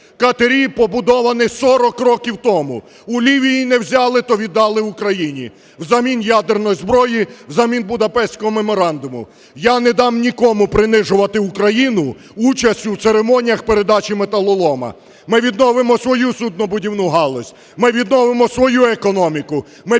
катери побудовані сорок років тому. У Лівії не взяли, то віддали Україні взамін ядерної зброї, взамін Будапештського меморандуму. Я не дам нікому принижувати Україну участю в церемоніях передачі металолому. Ми відновимо свою суднобудівну галузь, ми відновимо свою економіку, ми